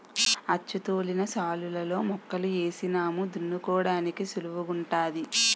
అచ్చుతోలిన శాలులలో మొక్కలు ఏసినాము దున్నుకోడానికి సుళువుగుంటాది